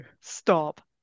stop